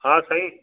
हा साईं